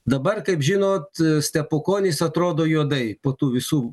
dabar kaip žinot stepukonis atrodo juodai po tų visų